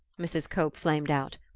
mrs. cope flamed out.